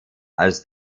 als